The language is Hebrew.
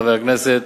חבר הכנסת